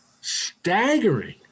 staggering